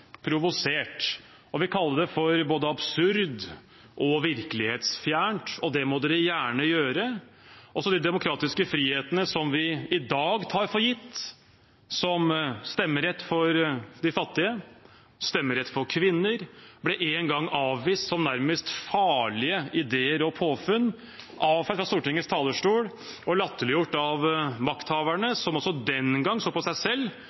provosert og vil kalle det for både absurd og virkelighetsfjernt, og det må dere gjerne gjøre. Også de demokratiske frihetene som vi i dag tar for gitt, som stemmerett for de fattige og stemmerett for kvinner, ble en gang avvist som nærmest farlige ideer og påfunn fra f.eks. Stortingets talerstol og latterliggjort av makthaverne som også den gang så på seg selv